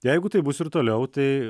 jeigu taip bus ir toliau tai